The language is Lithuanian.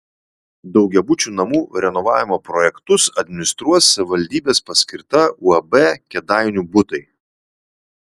daugiabučių namų renovavimo projektus administruos savivaldybės paskirta uab kėdainių butai